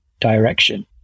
direction